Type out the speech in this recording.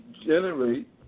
generate